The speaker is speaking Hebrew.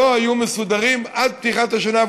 לא היו מסודרים עד פתיחת השנה,